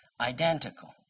identical